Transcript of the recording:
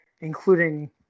including